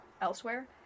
elsewhere